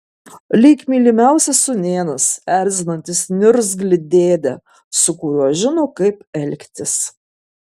lyg mylimiausias sūnėnas erzinantis niurzglį dėdę su kuriuo žino kaip elgtis